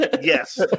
Yes